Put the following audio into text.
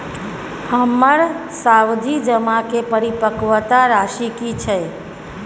हमर सावधि जमा के परिपक्वता राशि की छै?